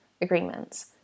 agreements